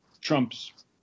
Trump's